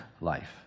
life